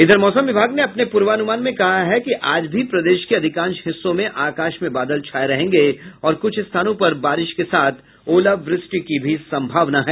इधर मौसम विभाग ने अपने पूर्वानुमान में कहा है कि आज भी प्रदेश के अधिकांश हिस्सों में आकाश में बादल छाये रहेंगे और कुछ स्थानों पर बारिश के साथ ओलावृष्टि की भी संभावना है